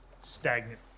stagnant